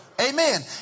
Amen